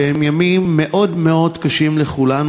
שהם ימים מאוד מאוד קשים לכולנו,